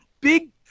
big